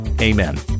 Amen